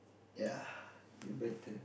ya you better